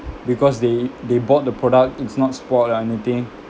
because they they bought the product it's not spoiled or anything